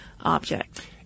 object